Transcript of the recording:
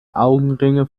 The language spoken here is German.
augenringe